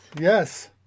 Yes